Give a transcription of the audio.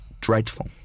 dreadful